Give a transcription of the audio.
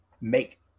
make